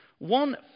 One